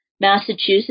Massachusetts